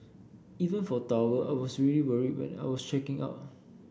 even for towel I was really worried when I was checking out